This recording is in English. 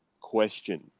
question